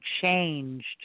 changed